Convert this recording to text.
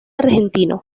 argentino